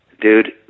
dude